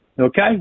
Okay